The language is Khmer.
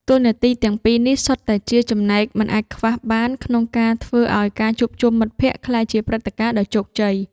តួនាទីទាំងពីរនេះសុទ្ធតែជាចំណែកមិនអាចខ្វះបានក្នុងការធ្វើឱ្យការជួបជុំមិត្តភក្តិក្លាយជាព្រឹត្តិការណ៍ដ៏ជោគជ័យ។